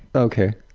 ok.